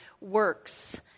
works